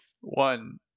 one